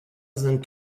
sind